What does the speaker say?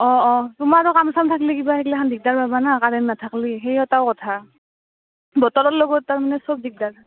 অঁ অঁ তোমাৰো কাম চাম থাক্লি দিগদাৰ পাবা না কাৰেণ্ট নাথাক্লি সেই এটাও কথা বতৰৰ লগত তাৰ মানে চব দিগদাৰ